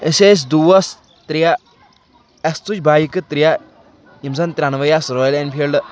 أسی ٲسۍ دوس ترٛےٚ اَسہِ تُجہِ بایکہِ ترٛےٚ یِم زَن ترٛنوَے أسۍ رایل اینفیٖلڈٕ